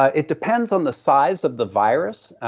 ah it depends on the size of the virus.